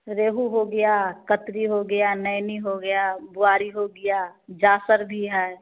रोहू हो गया कतरी हो गया नैनी हो गया बोआरी हो गया जासर भी है